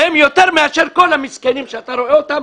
והם יותר מאשר כל המסכנים שאתה רואה אותם,